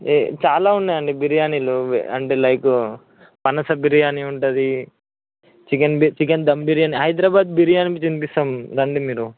ఏ చాలా ఉన్నాయండీ బిర్యానీలు అంటే లైక్ పనస బిర్యానీ ఉంటుంది చికెన్ బి చికెన్ దమ్ బిర్యానీ హైదరాబాద్ హైదరాబాద్ బిర్యానీ తినిపిస్తాం రండి మీరు